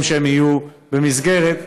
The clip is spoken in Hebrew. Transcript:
עם הילדים שלהם לעבודה במקום שהם יהיו במסגרת.